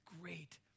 great